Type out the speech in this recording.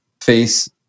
face